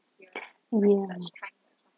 ya